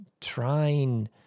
trying